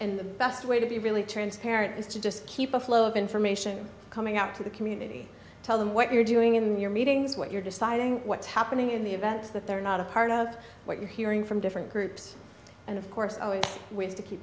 and the best way to be really transparent is to just keep a flow of information coming out to the community tell them what you're doing in your meetings what you're deciding what's happening in the events that they're not a part of what you're hearing from different groups and of course w